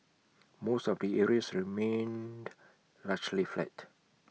most of the areas remained largely flat